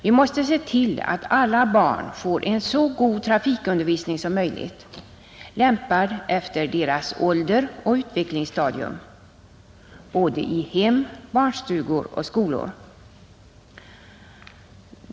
Vi måste se till att alla barn får en så god trafikundervisning som möjligt, lämpad efter deras ålder och utvecklingsstadium, i såväl hem som barnstugor och skolor.